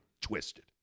twisted